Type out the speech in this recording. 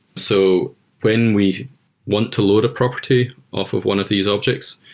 so when we want to load a property off of one of these objects,